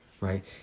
Right